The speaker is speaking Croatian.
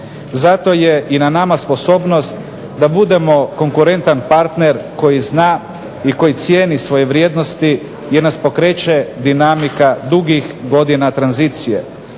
Zato je i na nama sposobnost da budemo konkurentan partner koji zna i koji cijeni svoje vrijednosti gdje nas pokreće dinamika dugih godina tranzicije.